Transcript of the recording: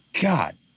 God